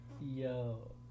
yo